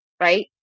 Right